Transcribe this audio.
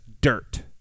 dirt